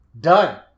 Done